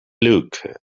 look